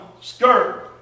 skirt